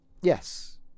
Yes